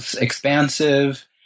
expansive